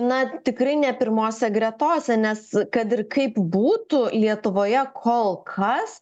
na tikrai ne pirmose gretose nes kad ir kaip būtų lietuvoje kol kas